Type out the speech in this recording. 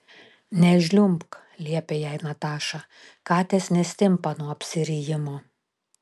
nežliumbk liepė jai nataša katės nestimpa nuo apsirijimo